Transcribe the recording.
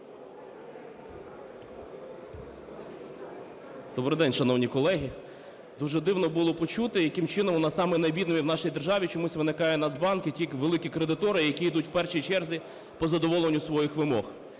Добрий день, шановні колеги! Дуже дивно було почути, яким чином у нас в державі самими найбіднішим чомусь виникає Нацбанк і ті великі кредитори, які ідуть в першій черзі по задоволенню своїх вимог.